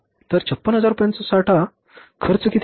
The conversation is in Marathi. तर 56000 रुपयांचा साठा खर्च किती आहे